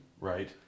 Right